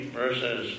verses